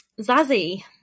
zazzy